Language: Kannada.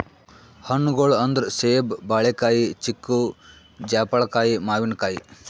ಹಣ್ಣ್ಗೊಳ್ ಅಂದ್ರ ಸೇಬ್, ಬಾಳಿಕಾಯಿ, ಚಿಕ್ಕು, ಜಾಪಳ್ಕಾಯಿ, ಮಾವಿನಕಾಯಿ